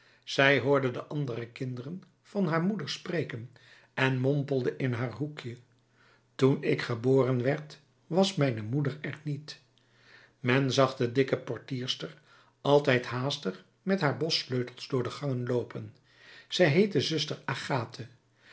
zij hoorde de andere kinderen van haar moeders spreken en mompelde in haar hoekje toen ik geboren werd was mijne moeder er niet men zag de dikke portierster altijd haastig met haar bos sleutels door de gangen loopen zij heette zuster agathe